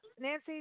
Nancy